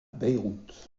beyrouth